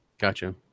Gotcha